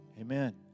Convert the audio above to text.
Amen